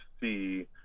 see